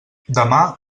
demà